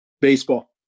Baseball